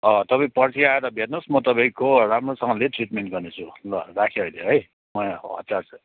तपाईँ पर्सि आएर भेट्नुहोस् म तपाईँको राम्रोसँगले ट्रिटमेन्ट गर्नेछु ल राखेँ अहिले है म यहाँ हतार छ